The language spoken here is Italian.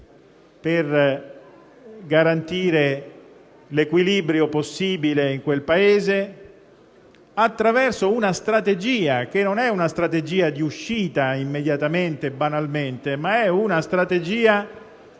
per garantire l'equilibrio possibile in quel Paese attraverso una strategia che non è di uscita immediata e banale. È invece una strategia